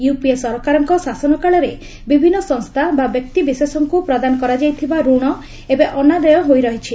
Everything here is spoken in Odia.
ୟୁପିଏ ସରକାରଙ୍କ ଶାସନକାଳରେ ବିଭିନ୍ନ ସଂସ୍ଥା ବା ବ୍ୟକ୍ତିବିଶେଷଙ୍କୁ ପ୍ରଦାନ କରାଯାଇଥିବା ରଣ ଏବେ ଅନାଦାୟ ହୋଇ ରହିଛି